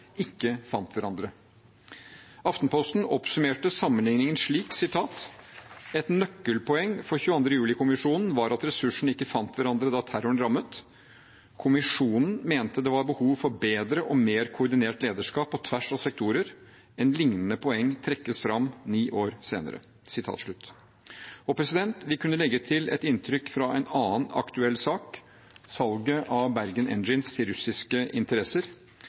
ikke fant hverandre. NRK oppsummerte sammenligningen slik: «Et nøkkelpoeng for 22. juli-kommisjonen, var at ressursene ikke fant hverandre da terroren rammet. Kommisjonen mente det var behov for bedre og mer koordinert lederskap på tvers av sektorer. Et lignende poeng trekkes frem ni år senere.» Vi kunne legge til et inntrykk fra en annen aktuell sak, salget av Bergen Engines til russiske interesser,